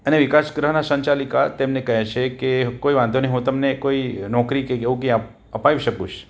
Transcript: અને વિકાસગૃહના સંચાલિકા તેમને કહે છે કે કોઈ વાંધો નહીં હું તમને કોઈ નોકરી કે યોગ્ય અપાવી શકીશ